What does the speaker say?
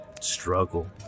Struggle